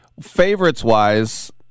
Favorites-wise